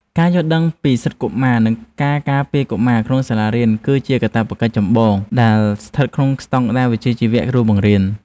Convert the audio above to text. ការយល់ដឹងពីសិទ្ធិកុមារនិងការការពារកុមារក្នុងសាលារៀនគឺជាកាតព្វកិច្ចចម្បងដែលស្ថិតក្នុងស្តង់ដារវិជ្ជាជីវៈគ្រូបង្រៀន។